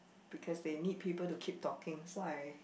because they need people to keep talking so I